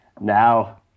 now